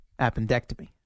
appendectomy